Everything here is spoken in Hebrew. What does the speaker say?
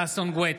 ששון ששי גואטה,